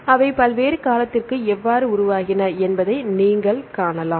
அவை பல்வேறு காலத்திற்கு எவ்வாறு உருவாகின என்பதை நீங்கள் காணலாம்